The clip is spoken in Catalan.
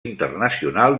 internacional